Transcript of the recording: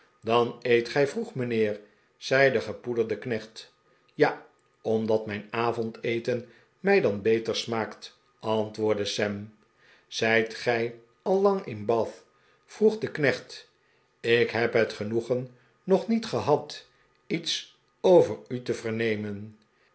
dan eet gij vroeg mijnheer zei de gepoederde knecht ja omdat mijn avondeten mij dan beter smaakt antwoordde sam zijt gij al lang in bath vroeg de knecht ik heb het genoegen nog niet gehad iets over u te vernemen